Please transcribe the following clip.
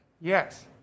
Yes